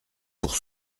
pour